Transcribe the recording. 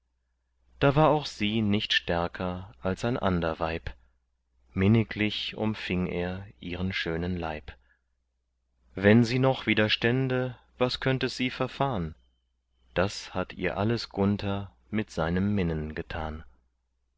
da war auch sie nicht stärker als ein ander weib minniglich umfing er ihren schönen leib wenn sie noch widerstände was könnt es sie verfahn das hat ihr alles gunther mit seinem minnen getan